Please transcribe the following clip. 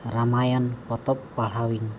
ᱨᱟᱢᱟᱭᱚᱱ ᱯᱚᱛᱚᱵ ᱯᱟᱲᱦᱟᱣ ᱤᱧ